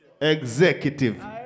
Executive